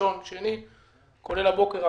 כולל הבוקר.